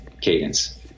cadence